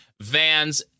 Vans